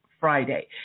Friday